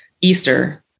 Easter